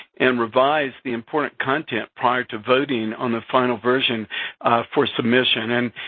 and revise the important content prior to voting on the final version for submission. and